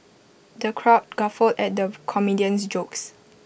the crowd guffawed at the comedian's jokes